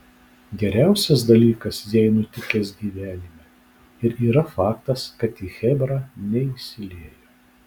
geriausias dalykas jai nutikęs gyvenime ir yra faktas kad į chebrą neįsiliejo